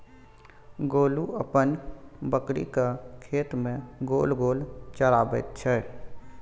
गोलू अपन बकरीकेँ खेत मे गोल गोल चराबैत छै